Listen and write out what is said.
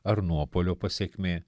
ar nuopuolio pasekmė